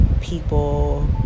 people